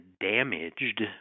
damaged